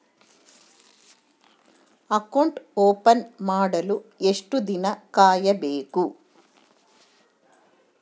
Account open ಮಾಡಲು ಎಷ್ಟು ದಿನ ಕಾಯಬೇಕು?